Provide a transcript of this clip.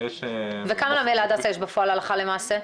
וכמה להדסה יש בפועל הלכה למעשה?